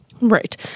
Right